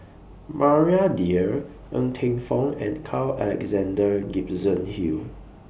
Maria Dyer Ng Teng Fong and Carl Alexander Gibson Hill